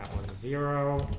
zero